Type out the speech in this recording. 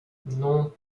non